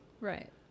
Right